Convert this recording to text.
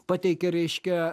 pateikia reiškia